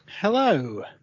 Hello